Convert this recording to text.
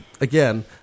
again